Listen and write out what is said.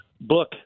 book